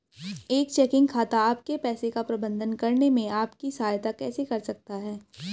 एक चेकिंग खाता आपके पैसे का प्रबंधन करने में आपकी सहायता कैसे कर सकता है?